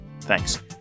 Thanks